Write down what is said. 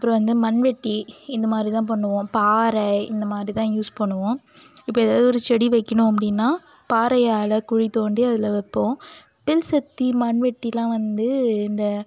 அப்புறம் வந்து மண்வெட்டி இந்த மாதிரி தான் பண்ணுவோம் பாறை இந்த மாதிரி தான் யூஸ் பண்ணுவோம் இப்போ ஏதாவது ஒரு செடி வைக்கணும் அப்படினா பாறையால் குழித்தோண்டி அதில் வைப்போம் புல் செத்தி மண்வெட்டியெலாம் வந்து இந்த